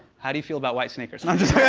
how do you feel about white sneakers? no i'm just.